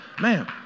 Man